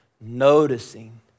noticing